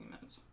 minutes